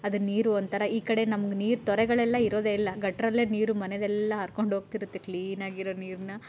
ಅದು ನೀರು ಒಂಥರ ಈ ಕಡೆ ನಮ್ಗೆ ನೀರು ತೊರೆಗಳೆಲ್ಲ ಇರೋದೆ ಇಲ್ಲ ಗಟಾರಲ್ಲೇ ನೀರು ಮನೆದೆಲ್ಲ ಹರ್ಕೊಂಡು ಹೋಗ್ತಿರುತ್ತೆ ಕ್ಲೀನಾಗಿರೋ ನೀರನ್ನ